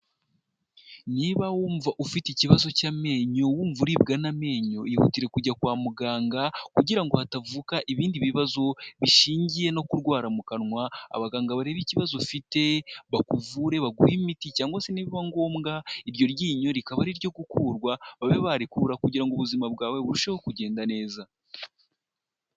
Niba wumva ufite ikibazo cy'amenyo wumva uribwa n'amenyo ihutire kujya kwa muganga kugira ngo hatavuka ibindi bibazo bishingiye no kurwara mu kanwa, abaganga barebabe ikibazo ufite bakuvure baguhe imiti cyangwa se nibiba ngombwa iryo ryinyo rikaba ariryo gukurwa babe barikura kugira ngo ubuzima bwawe burusheho kugenda neza.